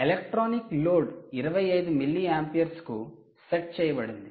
electronic load 25 milliamperes కు set చేయబడింది